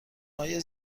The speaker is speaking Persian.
های